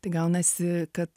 tai gaunasi kad